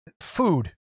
Food